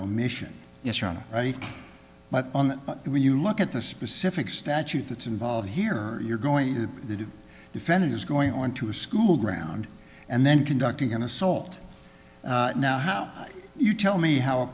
omission yes you're right but when you look at the specific statute that's involved here you're going to do you friend is going onto a school ground and then conducting an assault now how you tell me how a